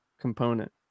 component